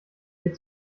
ihr